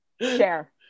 Share